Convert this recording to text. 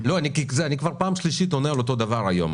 כבר פעם שלישית אותו דבר היום,